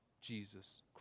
Jesus